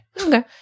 Okay